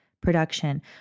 production